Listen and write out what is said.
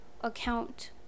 account